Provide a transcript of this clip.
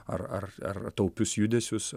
ar ar ar taupius judesius